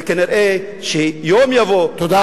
וכנראה, יום יבוא, תודה רבה.